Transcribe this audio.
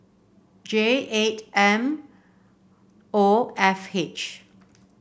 J eight M O F H